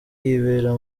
yibera